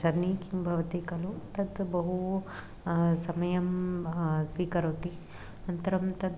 journey किं भवति खलु तत् बहु समयं स्वीकरोति अनन्तरं तत्